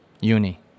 Uni